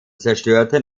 zerstörten